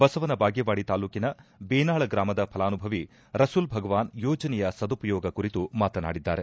ಬಸವನ ಬಾಗೇವಾಡಿ ತಾಲೂಕಿನ ಬೇನಾಳ ಗ್ರಮದ ಫಲಾನುಭವಿ ರಸುಲ್ ಭಗವಾನ್ ಯೋಜನೆಯ ಸದುಪಯೋಗ ಕುರಿತು ಮಾತನಾಡಿದ್ದಾರೆ